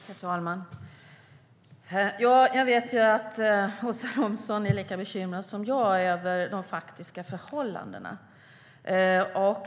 Herr talman! Jag vet att Åsa Romson är lika bekymrad som jag över de faktiska förhållandena.